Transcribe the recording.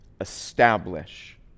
establish